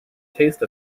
taste